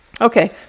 Okay